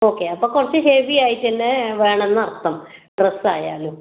okay അപ്പോൾ കുറച്ച് heavy ആയിട്ടുതന്നെ വേണം എന്ന് അർത്ഥം ഡ്രസ്സ് ആയാലും